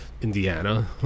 Indiana